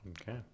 Okay